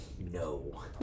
No